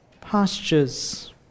pastures